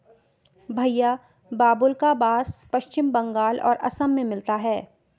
भईया बाबुल्का बास पश्चिम बंगाल और असम में मिलता है